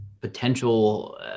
potential